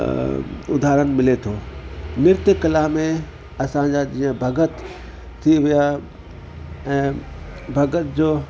उधारणु मिले थो नृत्य कला में असांजा जीअं भगत थी विया ऐं भगत जो